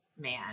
man